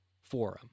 forum